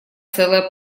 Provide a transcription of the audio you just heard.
целое